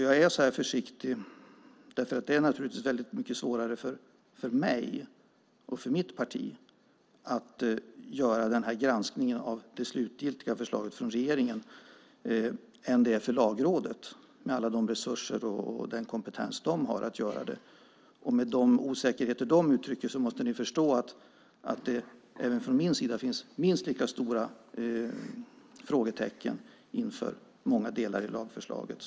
Jag är så här försiktig eftersom det naturligtvis är väldigt mycket svårare för mig och mitt parti att göra den här granskningen av det slutgiltiga förslaget från regeringen än det är för Lagrådet, med alla de resurser och den kompetens som de har. Med tanke på de osäkerheter som de uttrycker måste ni förstå att det även från min sida finns minst lika stora frågetecken inför många delar i lagförslaget.